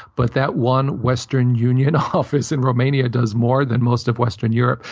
but that one western union office in romania does more than most of western europe,